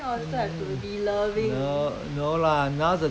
they try to think think that their children I mean